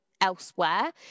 elsewhere